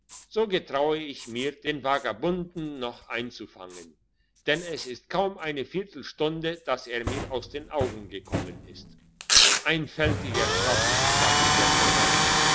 so getrau ich mir den vagabunden noch einzufangen denn es ist kaum eine viertelstunde dass er mir aus den augen gekommen ist einfältiger tropf sagte der verwalter